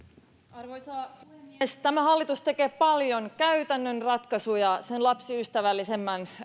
arvoisa puhemies tämä hallitus tekee paljon käytännön ratkaisuja sen lapsiystävällisemmän